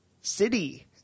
city